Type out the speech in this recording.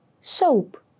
soap